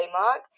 Mark